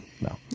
No